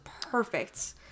perfect